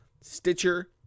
Stitcher